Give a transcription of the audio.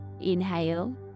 Inhale